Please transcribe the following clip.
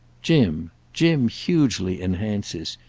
jim. jim hugely enhances.